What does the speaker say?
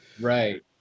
right